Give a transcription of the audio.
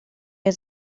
ihr